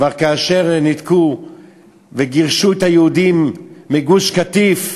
כאשר ניתקו וגירשו את היהודים מגוש-קטיף.